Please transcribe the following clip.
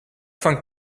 van